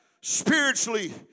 Spiritually